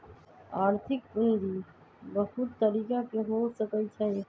आर्थिक पूजी बहुत तरिका के हो सकइ छइ